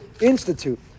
institute